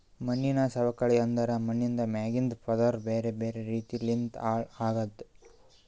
ಮಣ್ಣಿನ ಸವಕಳಿ ಅಂದುರ್ ಮಣ್ಣಿಂದ್ ಮ್ಯಾಗಿಂದ್ ಪದುರ್ ಬ್ಯಾರೆ ಬ್ಯಾರೆ ರೀತಿ ಲಿಂತ್ ಹಾಳ್ ಆಗದ್